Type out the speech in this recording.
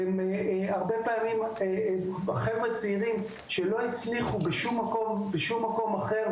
מדובר הרבה פעמים בחבר'ה צעירים שלא הצליחו בשום מקום אחר,